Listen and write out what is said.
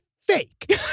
fake